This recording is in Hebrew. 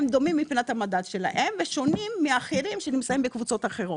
הם דומים מבחינת המדד שלהם ושונים מאחרים שנמצאים בקבוצות אחרות.